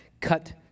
cut